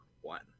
one